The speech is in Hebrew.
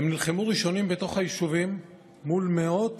הם נלחמו ראשונים בתוך היישובים מול מאות,